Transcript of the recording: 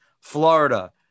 Florida